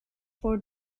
four